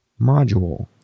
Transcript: module